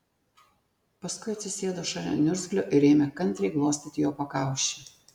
paskui atsisėdo šalia niurzglio ir ėmė kantriai glostyti jo pakaušį